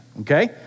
okay